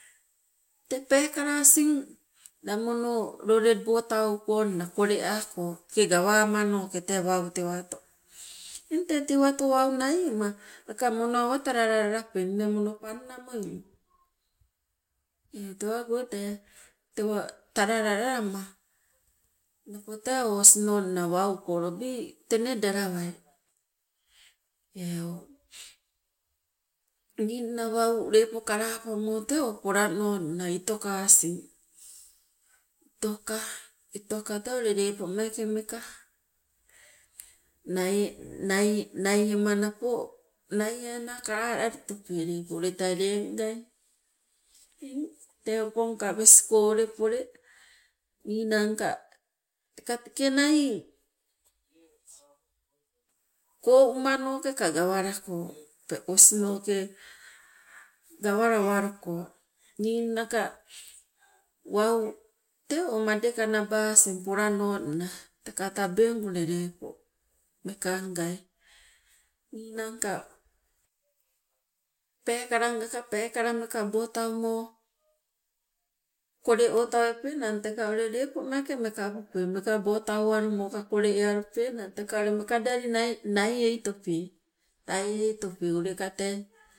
Tee peekala asing la mono lolebo taukonna koleako teke gawamanoke tee wau tewato. Eng tee tewato naiema laka mono awa talala lalape niin nee mono panna moino, tewago tee tewa talala lalama napo tee osinonna wau ko lobi tenedalawai eu. Ningna wau lepo kalapamo tee o polanonna itoka asing, itoka, itoka tee ule lepo meeke meka nai- nai- naiema napo naiena kalalali tope lepo ule tee leengai, eng tee opongka wesko ule pole ninangka teka tekenai koumanoke gawalako, osinoke gawalawa luko. Ningnaka wau tee madeka naba asing polanonna teka tabeng ule lepo mekangai, ninangka peekalangaka peekala mekabotaumo koleotawepenang teka ule lepo mekabupe mekabo tauwalumo ka kole epenang teka ule mekadali naieitope, taieitope uleka tee